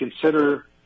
consider